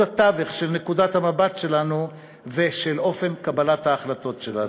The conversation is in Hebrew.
התווך של נקודת המבט שלנו ושל אופן קבלת ההחלטות שלנו.